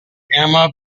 gamma